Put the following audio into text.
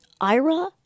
ira